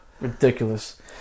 Ridiculous